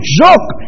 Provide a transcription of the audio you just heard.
joke